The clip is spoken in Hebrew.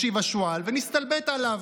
השיב השועל, ונסתלבט עליו: